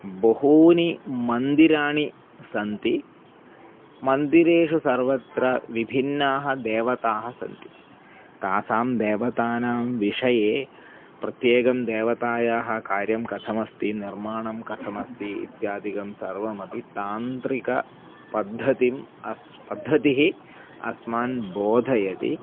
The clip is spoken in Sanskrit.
बहूनि मन्दिराणि सन्ति मन्दिरेषु सर्वत्र विभिन्नाः देवताः सन्ति तासां देवतानां विषये प्रत्येकं देवतायाः कार्यं कथमस्ति निर्माणं कथमस्ति इत्यादिकं सर्वमपि तान्त्रिकपद्धतिः अस्ति पद्धतिः अस्मान् बोधयति